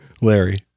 Larry